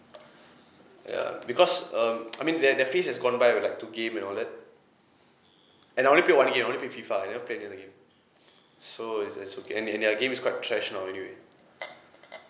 ya because um I mean that that phase has gone by will like to game and all that and I only play one game I only play FIFA I never play any other game so it's it's okay and their their game is quite trash now anyway